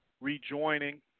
rejoining